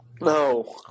no